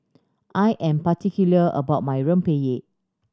I am particular about my Rempeyek